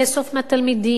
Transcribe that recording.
זה לאסוף מהתלמידים,